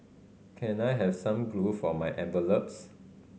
can I have some glue for my envelopes